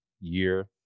year